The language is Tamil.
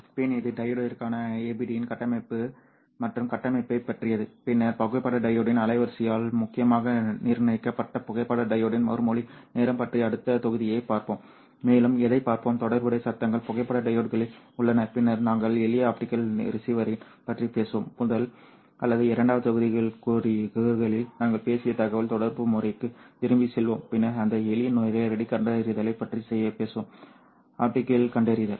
PIN இது டையோடிற்கான APDயின் கட்டமைப்பு மற்றும் கட்டமைப்பைப் பற்றியது பின்னர் புகைப்பட டையோடின் அலைவரிசையால் முக்கியமாக நிர்ணயிக்கப்பட்ட புகைப்பட டையோடின் மறுமொழி நேரம் பற்றி அடுத்த தொகுதியைப் பார்ப்போம் மேலும் எதைப் பார்ப்போம் தொடர்புடைய சத்தங்கள் புகைப்பட டையோட்களில் உள்ளன பின்னர் நாங்கள் எளிய ஆப்டிகல் ரிசீவரைப் பற்றி பேசுவோம் முதல் அல்லது இரண்டாவது தொகுதிக்கூறுகளில் நாங்கள் பேசிய தகவல் தொடர்பு முறைக்குத் திரும்பிச் செல்வோம் பின்னர் அந்த எளிய நேரடி கண்டறிதலைப் பற்றி பேசுவோம் ஆஃப் கீ கண்டறிதல்